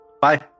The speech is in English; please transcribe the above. Bye